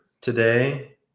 today